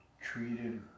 treated